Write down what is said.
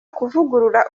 kuvugurura